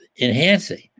enhancing